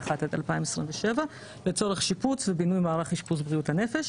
2021-2027 לצורך שיפוץ ובינוי מערך אשפוז בריאות הנפש.